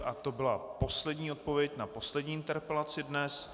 A to byla poslední odpověď na poslední interpelaci dnes.